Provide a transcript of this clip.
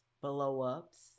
blow-ups